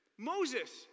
Moses